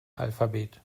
alphabet